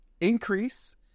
increase